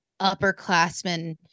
upperclassmen